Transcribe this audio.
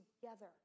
together